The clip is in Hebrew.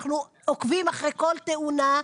אנחנו עוקבים אחרי כל תאונה,